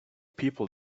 people